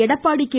Edappadi K